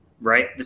right